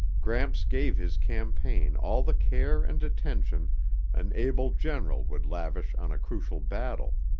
gramps gave his campaign all the care and attention an able general would lavish on a crucial battle.